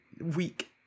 week